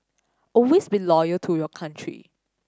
always be loyal to your country